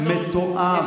ניסיון מתועב.